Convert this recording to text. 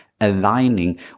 aligning